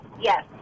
yes